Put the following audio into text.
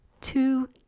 two